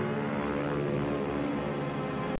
or